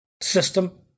system